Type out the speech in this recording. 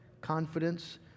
confidence